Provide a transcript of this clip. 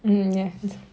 mm ya